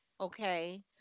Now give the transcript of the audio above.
okay